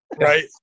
Right